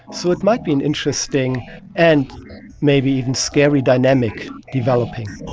so it might be an interesting and maybe even scary dynamic developing.